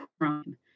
crime